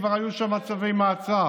כבר היו שם צווי מעצר.